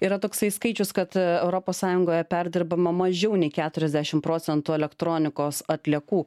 yra toksai skaičius kad europos sąjungoje perdirbama mažiau nei keturiasdešimt procentų elektronikos atliekų